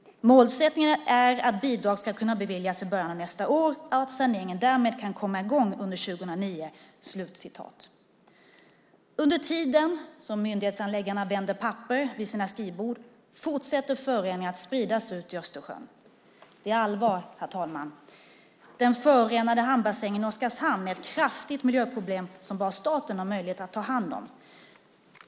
"Målsättningen är att bidrag ska kunna beviljas i början av nästa år och att saneringen därmed kan komma i gång under 2009." Under tiden som myndighetshandläggarna vänder papper vid sina skrivbord fortsätter föroreningarna att spridas ut i Östersjön. Det är allvar, herr talman. Den förorenade hamnbassängen i Oskarshamn är ett kraftigt miljöproblem som bara staten har möjlighet att ta hand om.